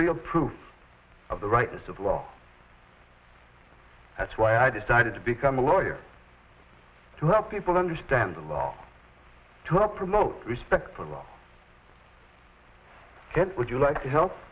real proof of the rightness of law that's why i decided to become a lawyer to help people understand the law to help promote respect for the kids would you like to help